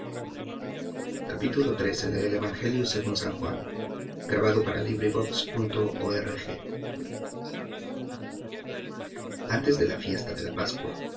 antes de la fiesta de la pascua